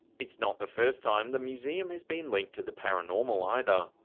it's not the first time the museum has been linked to the paranormal either.